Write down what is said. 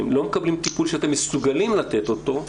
לא מקבלים טיפול שאתם מסוגלים לתת אותו,